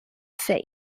fade